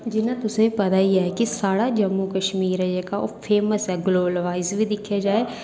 जि'यां तु'सेंगी पता गै के साढ़ा जम्मू कशमीर ऐ जेह्का ओह् फेमस ऐ बड़ा ग्लोबलाईज बी दिक्खेआ जा तां